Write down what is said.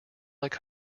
like